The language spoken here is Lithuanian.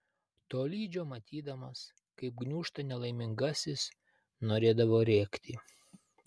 tolydžio matydamas kaip gniūžta nelaimingasis norėdavo rėkti